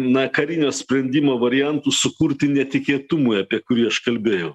na karinio sprendimo variantų sukurti netikėtumui apie kurį aš kalbėjau